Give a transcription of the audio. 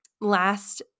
Last